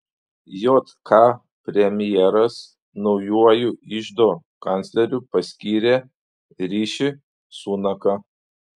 jk premjeras naujuoju iždo kancleriu paskyrė riši sunaką